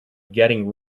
getting